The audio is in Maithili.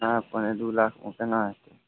नहि पौने दू लाखमे केना हेतै